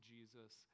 Jesus